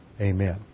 Amen